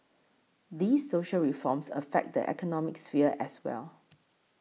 these social reforms affect the economic sphere as well